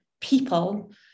people